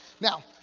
Now